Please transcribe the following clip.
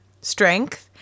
strength